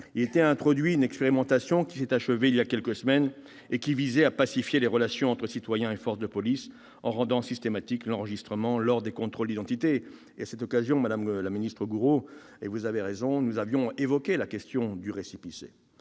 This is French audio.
Y était introduite une expérimentation, qui s'est achevée il y a quelques semaines et qui visait à pacifier les relations entre citoyens et force de police en rendant systématique l'enregistrement lors des contrôles d'identité. À cette occasion, madame la ministre, nous avions évoqué la question du récépissé